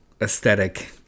aesthetic